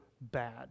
bad